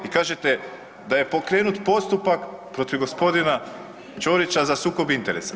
Vi kažete da je pokrenut postupak protiv gospodina Ćorića za sukob interesa.